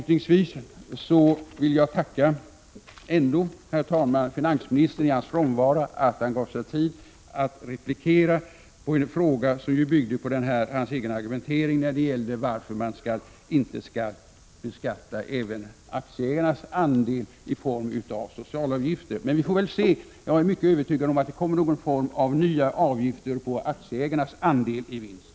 Till sist vill jag, herr talman, ändå tacka finansministern i hans frånvaro för att han gav sig tid att replikera när det gällde en fråga som ju byggde på hans egen argumentering — varför man inte skall beskatta även aktieägarnas andel med socialavgifter. Men vi får väl se. Jag är mycket övertygad om att det kommer någon form av nya avgifter på aktieägarnas andel i vinst.